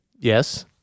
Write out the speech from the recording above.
Yes